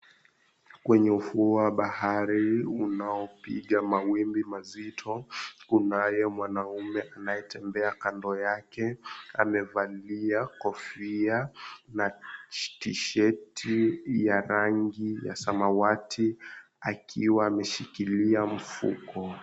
Kwenye ufuo wa bahari unaopiga mawimbi mazito, kunaye mwanaume anayetembea kando yake amevalia kofia na t-shirt ya rangi ya samawati akiwa ameshikilia mfuko.